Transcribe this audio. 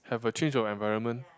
have a change of environment